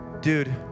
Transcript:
dude